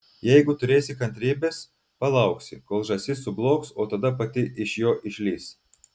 jeigu turėsi kantrybės palauksi kol žąsis sublogs o tada pati iš jo išlįs